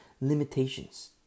limitations